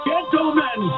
Gentlemen